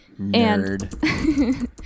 Nerd